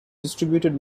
disturbed